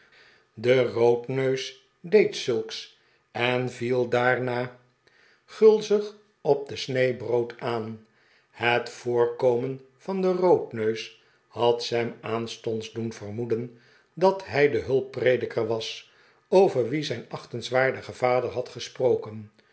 de roodneus deed zulks en viel daarna in het ouderlijk huis gulzig op de snee forood aan het voorkomen van den roodneus had sam aanstonds doen vermoeden dat hij de hulpprediker was over wien zijn achtenswaardige vader had gesproken